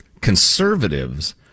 conservatives